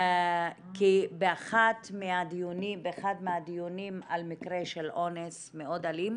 כי באחד מהדיונים על מקרה של אונס מאוד אלים